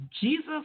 Jesus